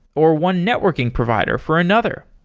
or one networking provider for another.